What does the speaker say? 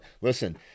listen